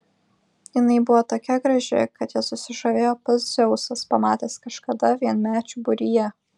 jinai buvo tokia graži kad ja susižavėjo pats dzeusas pamatęs kažkada vienmečių būryje